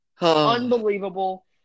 Unbelievable